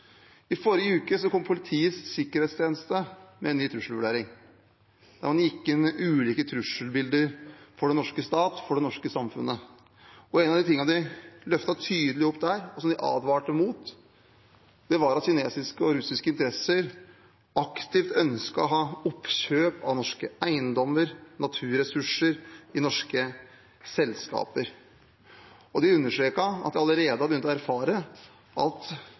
I forrige uke kom Politiets sikkerhetstjeneste med en ny trusselvurdering, der man gikk gjennom ulike trusselbilder for den norske stat, for det norske samfunnet. En av de tingene de løftet tydelig opp der, og som de advarte mot, var at kinesiske og russiske interesser aktivt ønsker å ha oppkjøp av norske eiendommer, naturressurser, norske selskaper. De understreket at de allerede har begynt å erfare at